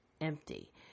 empty